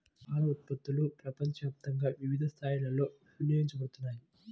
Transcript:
పాల ఉత్పత్తులు ప్రపంచవ్యాప్తంగా వివిధ స్థాయిలలో వినియోగించబడుతున్నాయి